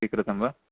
स्वीकृतं वा